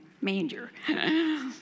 manger